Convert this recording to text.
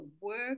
work